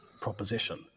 proposition